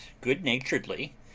good-naturedly